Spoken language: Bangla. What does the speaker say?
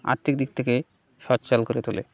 আর্থিক দিক থেকে সচ্ছল করে তোলে